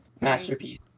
masterpiece